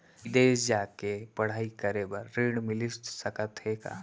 बिदेस जाके पढ़ई करे बर ऋण मिलिस सकत हे का?